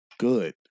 good